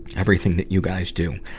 everything that you guys do.